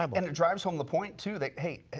um and it drives home the point too that hey,